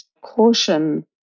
caution